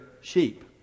sheep